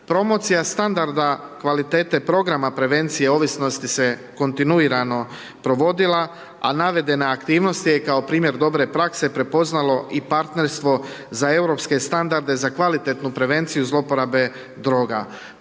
Promocija standarda kvalitete programa prevencije ovisnosti se kontinuirano provodila, a navedene aktivnosti je kao primjer dobre prakse prepoznalo i partnerstvo za europske standarde, za kvalitetnu prevenciju zlouporabe droga.